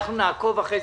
אנחנו נעקוב אחרי הנושא.